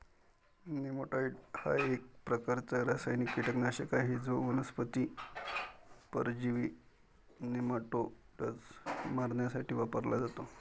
नेमॅटाइड हा एक प्रकारचा रासायनिक कीटकनाशक आहे जो वनस्पती परजीवी नेमाटोड्स मारण्यासाठी वापरला जातो